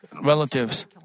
relatives